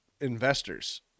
investors